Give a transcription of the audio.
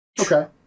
Okay